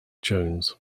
jones